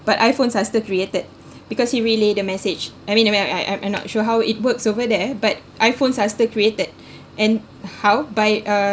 but iphones are still created because he relay the message I mean I mean I I am not sure how it works over there but iphones are still created and how by uh